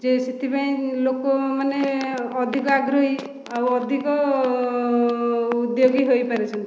ଯେ ସେଥିପାଇଁ ଲୋକମାନେ ଅଧିକ ଆଗ୍ରହୀ ଆଉ ଅଧିକ ଉଦ୍ୟୋଗୀ ହୋଇପାରିଛନ୍ତି